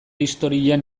historian